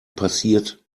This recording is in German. passiert